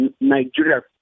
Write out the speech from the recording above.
Nigeria